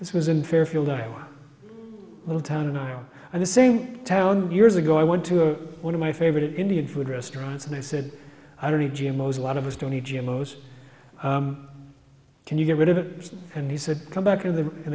this was in fairfield iowa little town in iowa and the same town years ago i went to one of my favorite indian food restaurants and i said i don't e g most a lot of us don't need to most can you get rid of it and he said come back in the in